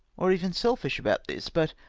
or even selfish about this but,